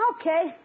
Okay